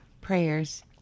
Prayers